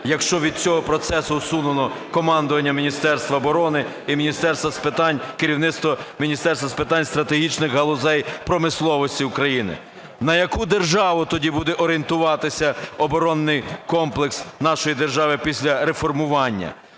якщо від цього процесу усунено командування Міністерства оборони і Міністерство з питань..., керівництво Міністерства з питань стратегічних галузей промисловості України? На яку державу тоді буде орієнтуватися оборонний комплекс нашої держави після реформування?